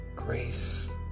grace